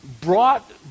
brought